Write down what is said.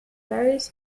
various